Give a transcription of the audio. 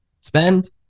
spend